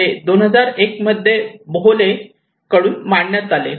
हे 2001 मध्ये बोहले कडून मांडण्यात आले